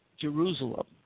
Jerusalem